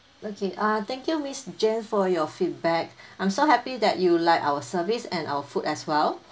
okay ah thank you miss jane for your feedback I'm so happy that you like our services and our food as well